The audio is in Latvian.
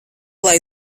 lai